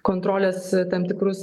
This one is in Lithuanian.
kontrolės tam tikrus